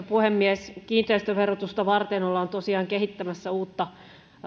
puhemies kiinteistöverotusta varten ollaan tosiaan kehittämässä uutta